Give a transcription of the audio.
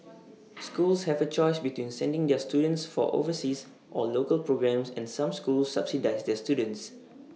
schools have A choice between sending their students for overseas or local programmes and some schools subsidise their students